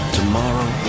Tomorrow